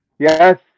Yes